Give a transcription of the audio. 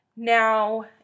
Now